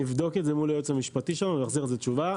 אני אבדוק את זה מול היועץ המשפטי שם ואחזיר על זה תשובה.